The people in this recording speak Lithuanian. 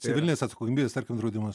civilinės atsakomybės tarkim draudimas